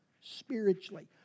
spiritually